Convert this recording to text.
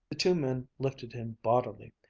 the two men lifted him bodily,